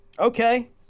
Okay